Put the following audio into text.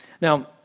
Now